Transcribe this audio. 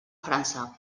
frança